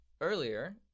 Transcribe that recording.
Earlier